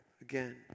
again